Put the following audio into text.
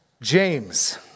James